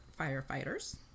firefighters